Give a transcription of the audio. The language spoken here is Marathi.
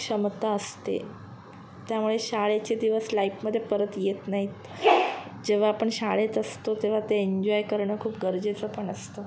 क्षमता असते त्यामुळे शाळेचे दिवस लाईफमध्ये परत येत नाहीत जेव्हा आपण शाळेत असतो तेव्हा ते एन्जॉय करणं खूप गरजेचं पण असतं